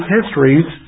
histories